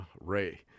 Ray